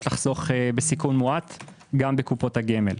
לחסוך בסיכון מועט גם בקופות הגמל.